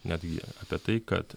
netgi apie tai kad